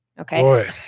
okay